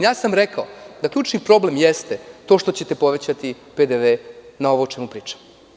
Rekao sam da ključni problem jeste što ćete povećati PDV na ovo o čemu pričam.